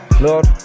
Lord